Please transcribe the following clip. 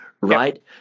right